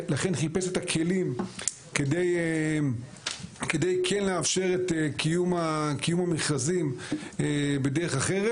ולכן חיפש את הכלים כדי כן לאפשר את קיום המכרזים בדרך אחרת.